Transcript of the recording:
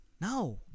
No